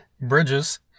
Bridges